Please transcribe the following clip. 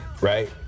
right